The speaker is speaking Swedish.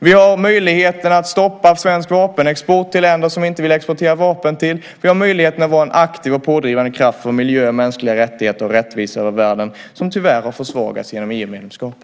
Vi har möjligheten att stoppa svensk vapenexport till länder som vi inte vill exportera vapen till. Vi har möjligheten att vara en aktiv och pådrivande kraft för miljö, mänskliga rättigheter och rättvisa över världen som tyvärr har försvagats genom EU-medlemskapet.